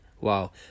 wow